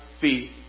feet